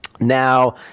Now